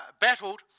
battled